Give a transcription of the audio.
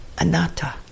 anatta